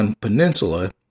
Peninsula